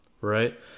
right